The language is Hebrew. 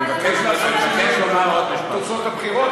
להגיד שאתה בתפקידך תבחן את זה מחדש?